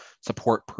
support